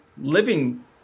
living